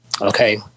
Okay